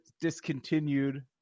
discontinued